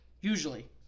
Usually